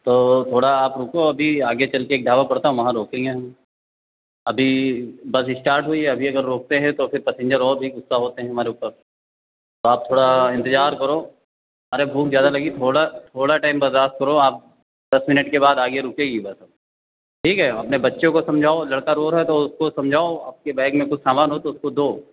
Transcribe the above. तो थोड़ा आप रुको अभी आगे चल के एक पड़ता है वहाँ रोकेंगे हम अभी बस स्टार्ट हुई है अभी अगर रोकते है तो फिर पसिंजर और भी ग़ुस्सा होते हैं हमारे ऊपर आप थोड़ा इंतज़ार करो अरे भूख ज़्यादा लगी थोड़ा थोड़ा टाइम बर्दाश्त करो आप दस मिनट के बाद आगे रुकेगी बस ठीक है अपने बच्चे को समझाओ लड़का रो रहा है तो उसको समझाओ आपके बैग में कुछ सामान हो तो उसको दो